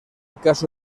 caso